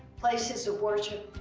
places of worship,